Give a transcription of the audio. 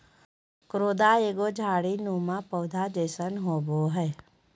करोंदा एगो झाड़ी नुमा पौधा जैसन होबो हइ